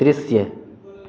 दृश्य